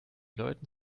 leuten